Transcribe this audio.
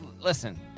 listen